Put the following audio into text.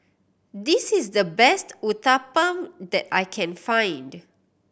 this is the best Uthapam that I can find